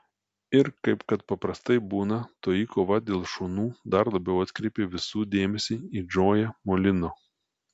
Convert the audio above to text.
ir kaip kad paprastai būna toji kova dėl šunų dar labiau atkreipė visų dėmesį į džoją molino